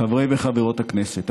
חברי וחברות הכנסת,